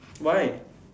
why